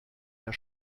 der